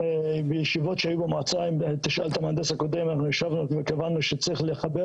בישיבות שהיו במועצה אנחנו ישבנו וקבענו שצריך לחבר